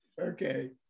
Okay